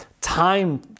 time